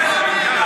מה אתה אומר?